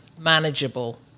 manageable